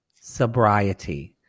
sobriety